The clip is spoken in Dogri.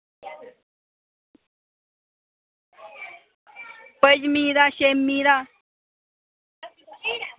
पंञमीं दा छेमीं दा